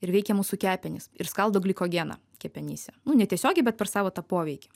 ir veikia mūsų kepenis ir skaldo glikogeną kepenyse nu ne tiesiogiai bet per savo tą poveikį